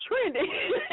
trending